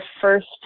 first